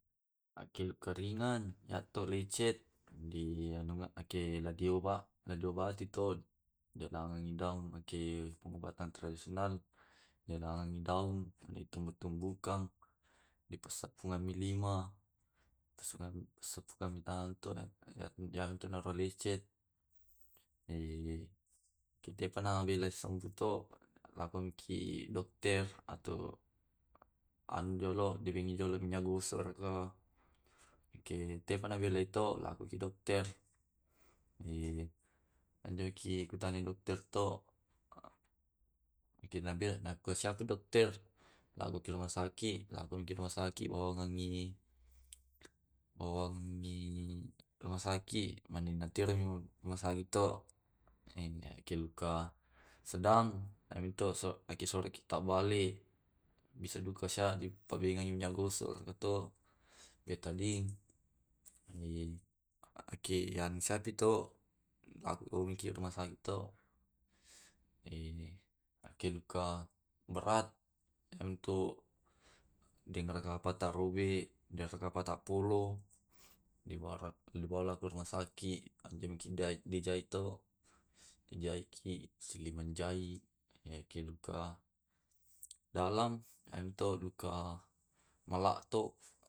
Akel keringan yato lecet, di anunga ake la dioba, na diobati to denang i daun ake pengobatan tradisional, denang i daun di tumbu tumbukang, dipasappungangmi lima, sipakutami pusumang tau naku jamai tu na lecet. Eh kedepa na belesambuh tolakongki dokter atau anu jolo dibingi jolo minyak gosok raka, ke tepa na bele to lakoki dokter. Di anjoiki kutanya dokter to. Eki na ber naku syafu dokter. Lako ki rumah saki, lakoki rumah saki bawangengi, bowongengi rumah saki. Mani natereli rumah saki to iya ke luka sedang, ami to so aki soriki tabbale bisa duka sya dipabaengengi minyak gosok, raka to betading. aki anu sapi to aku bongiki rumah saki to, ake luka berat amintu dengraka pata robek, dengraka pata polo, debawa rak debawa la ke ruma saki. Anjomakindai di jai to, di jai ki sili manjai ke luka dalam, iyamuto luka mala to.